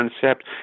concept